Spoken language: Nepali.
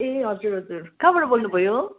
ए हजुर हजुर कहाँबाट बोल्नु भयो